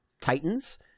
Titans